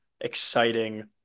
exciting